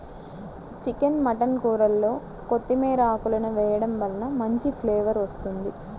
chicken mutton కూరల్లో కొత్తిమీర ఆకులను వేయడం వలన మంచి ఫ్లేవర్ వస్తుంది